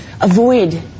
avoid